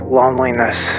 loneliness